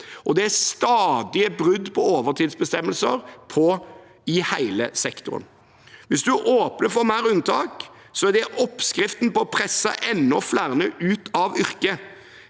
det er stadige brudd på overtidsbestemmelser i hele sektoren. Hvis man åpner for mer unntak, er det oppskriften på å presse enda flere ut av yrket.